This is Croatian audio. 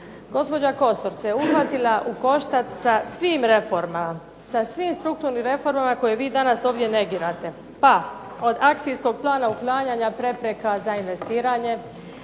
Gospođa Kosor se uhvatila u koštac sa svim reformama, sa svim strukturnim reformama koje vi danas ovdje negirate, pa od akcijskog plana uklanjanja prepreka za investiranje,